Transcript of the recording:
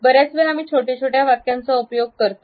बर्याच वेळा आम्ही छोटे छोटे वाक्यांचा उपयोग करतो